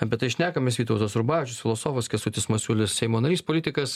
apie tai šnekamės vytautas rubavičius filosofas kęstutis masiulis seimo narys politikas